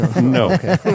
no